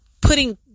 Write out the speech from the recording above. putting